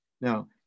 Now